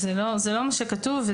זה לא מה שכתוב.